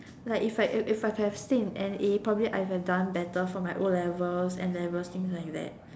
like if I if I could have stay in N_A probably I would have done better for my O-level and N-levels things like that